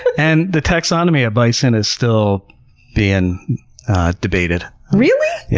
and the taxonomy of bison is still being debated. really! yeah